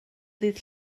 ddydd